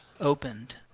opened